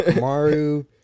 Maru